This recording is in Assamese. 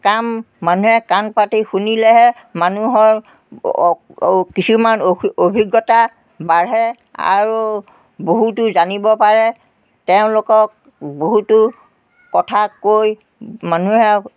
কাম মানুহে কাণ পাতি শুনিলেহে মানুহৰ কিছুমান অ অভিজ্ঞতা বাঢ়ে আৰু বহুতো জানিব পাৰে তেওঁলোকক বহুতো কথা কৈ মানুহে